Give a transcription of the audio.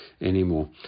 anymore